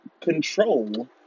control